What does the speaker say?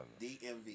DMV